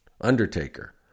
Undertaker